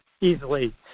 easily